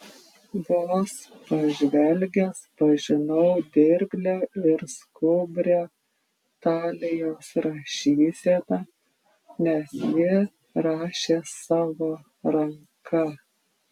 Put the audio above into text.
vos pažvelgęs pažinau dirglią ir skubrią talijos rašyseną nes ji rašė savo ranka